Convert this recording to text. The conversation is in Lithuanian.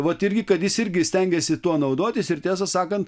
vat irgi kad jis irgi stengėsi tuo naudotis ir tiesą sakant